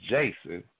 Jason